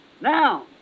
Now